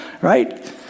right